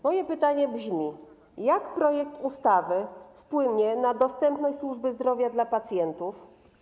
Moje pytanie brzmi: Jak projekt ustawy wpłynie na dostępność służby zdrowia dla pacjentów?